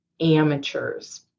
amateurs